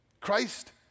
Christ